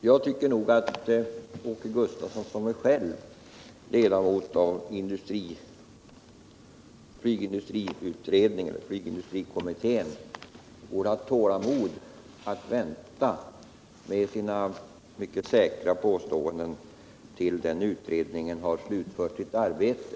Jag tycker nog att Åke Gustavsson, som själv är ledamot av flygindustrikommittén, borde ha haft tålamod och kunnat vänta med sina mycket säkra påståenden tills den utredningen har slutfört sitt arbete.